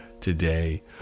today